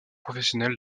professionnel